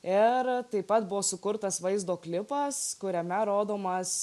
ir taip pat buvo sukurtas vaizdo klipas kuriame rodomas